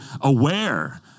aware